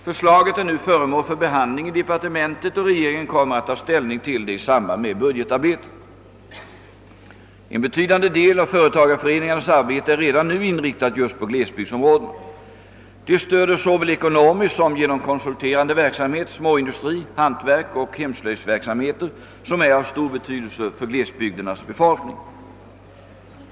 Förslaget är nu föremål för behanding i departementet och regeringen kommer att ta ställning till det i samband med budgetarbetet. En betydande del av företagarföreningarnas arbete är redan nu inriktat just på glesbygdsområdena. De stöder såväl ekonomiskt som genom konsulterande verksamhet småindustri, hantverk och hemslöjdsverksamheter, som är av stor betydelse för glesbygdernas befolkning.